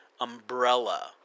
umbrella